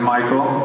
Michael